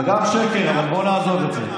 זה גם שקר, אבל בוא נעזוב את זה.